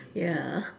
ya